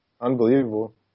unbelievable